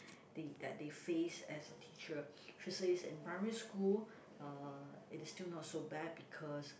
the that they face as a teacher she says in primary school uh it is still not so bad because